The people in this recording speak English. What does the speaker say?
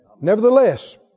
Nevertheless